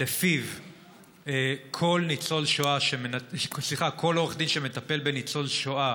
שלפיו כל עורך דין שמטפל בניצול שואה